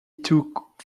took